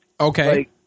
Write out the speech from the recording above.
Okay